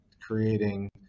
creating